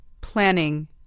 Planning